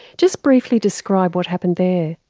just briefly describe what happened there.